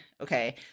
Okay